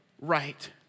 right